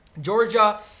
Georgia